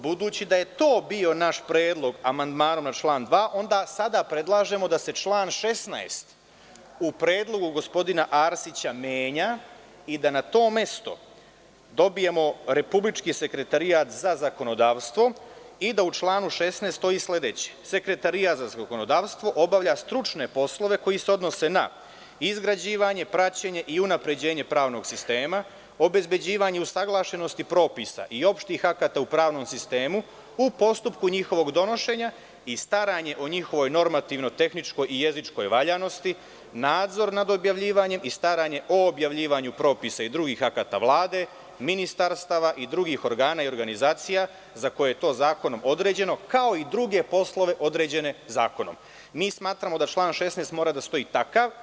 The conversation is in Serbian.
Budući da je to bio naš predlog amandmana na član 2, onda sada predlažemo da se član 16. u predlogu gospodina Arsića menja i da na to mesto dobijemo republički sekretarijat za zakonodavstvo i da u članu 16. stoji sledeće: „Sekretarijat za zakonodavstvo obavlja stručne poslove, koji se odnose na: izgrađivanje, praćenje i unapređenje pravnog sistema, obezbeđivanje usaglašenosti propisa i opštih akata u pravnom sistemu u postupku njihovog donošenja i staranje o njihovoj normativno-tehničkoj i jezičkoj valjanosti, nadzor nad objavljivanjem i staranjem o objavljivanju propisa i drugih akata Vlade, ministarstava i drugih organa i organizacija za koje je to zakonom određeno, kao i druge poslove određene zakonom.“ Smatramo da član 16. mora da stoji takav.